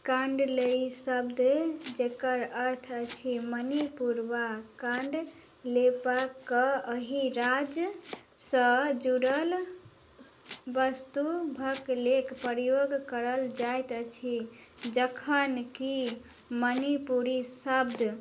कांडलइ शब्द जकर अर्थ अछि मणिपूर्वा काण्डलेपाक अहि राज्यसँ जुड़ल वस्तु सभक लेल प्रयोग करल जाइत अछि जखन कि मणिपुरी शब्द